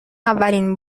اولین